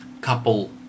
couple